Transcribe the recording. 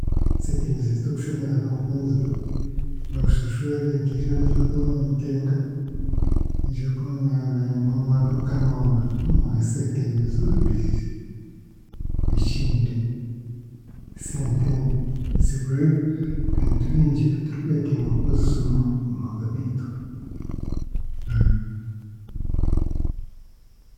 Eseete nizireeta okusheemererwa ahabw'okuba niza nooshashura ebintu byona ebi orikuba nooyetenga ebyorikuba nooye nooyenda omu maduuka nonda nooha eseete ozihe biije. Ekindi esente nizigura ebintu bingi ebiturikwetenga kukozesa omu omu maka giitu.